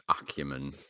acumen